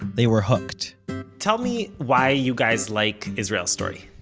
they were hooked tell me why you guys like israel story?